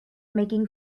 making